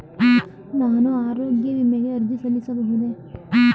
ನಾನು ಆರೋಗ್ಯ ವಿಮೆಗೆ ಅರ್ಜಿ ಸಲ್ಲಿಸಬಹುದೇ?